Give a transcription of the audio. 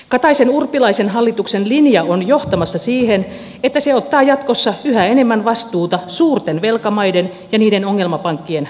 kataisenurpilaisen hallituksen linja on johtamassa siihen että se ottaa jatkossa yhä enemmän vastuuta suurten velkamaiden ja niiden ongelmapankkien